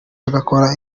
agakora